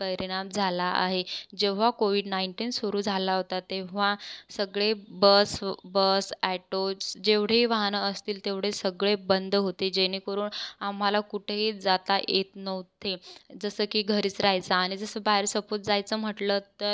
परिणाम झाला आहे जेव्हा कोविड नायन्टीन सुरू झाला होता तेव्हा सगळे बस बस अॅटोज् जेवढे वाहनं असतील तेवढे सगळे बंद होते जेणेकरून आम्हाला कुठेही जाता येत नव्हते जसं की घरीच राहायचं आणि जसं बाहेर सपोज जायचं म्हटलं तर